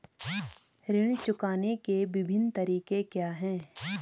ऋण चुकाने के विभिन्न तरीके क्या हैं?